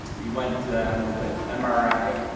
we went with an um ah mri.